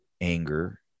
anger